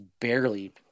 barely